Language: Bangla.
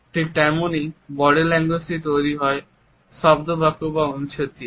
ঠিক তেমনই বডি ল্যাঙ্গুয়েজ তৈরি হয় শব্দ বাক্য এবং অনুচ্ছেদ দিয়ে